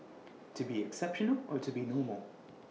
to be exceptional or to be normal